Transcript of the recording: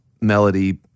melody